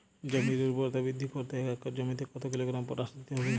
জমির ঊর্বরতা বৃদ্ধি করতে এক একর জমিতে কত কিলোগ্রাম পটাশ দিতে হবে?